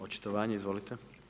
Očitovanje, izvolite.